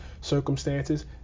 circumstances